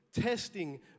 testing